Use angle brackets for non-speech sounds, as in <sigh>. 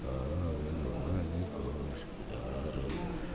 <unintelligible> સુધારો